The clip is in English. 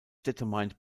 determined